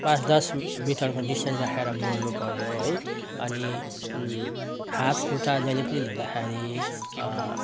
पाँच दस मिटरको डिस्टेन्स राखेर बोल्नुपर्यो है अनि हातखुट्टा जहिले पनि धुँदाखेरि